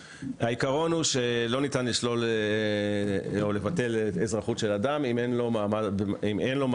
העקרון הוא שלא ניתן לשלול או לבטל אזרחות של אדם אם אין לו מעמד אחר.